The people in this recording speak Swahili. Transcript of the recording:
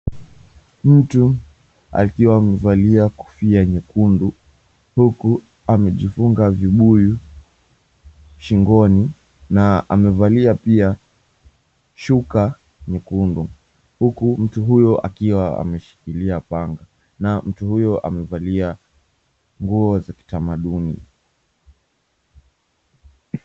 Mtu akiwa amevalia kofia nyekundu, huku amejifunga vibuyu shingoni. Na amevalia pia shuka nyekundu, huku mtu huyo akiwa ameshikilia panga. Na mtu huyo amevalia nguo za kitamaduni.